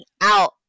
out